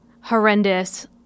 horrendous